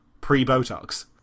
pre-Botox